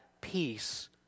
peace